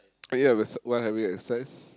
ya while having a exercise